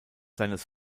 seines